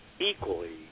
equally